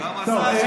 במסז'ים.